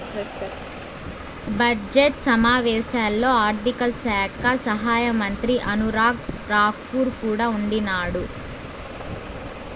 budget సమావేశాల్లో ఆర్థిక శాఖ సహాయమంత్రి అనురాగ్ రాకూర్ కూడా ఉండిన్నాడు